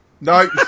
no